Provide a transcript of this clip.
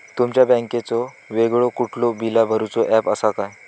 तुमच्या बँकेचो वेगळो कुठलो बिला भरूचो ऍप असा काय?